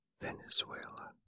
Venezuela